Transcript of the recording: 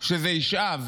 שזה ישאב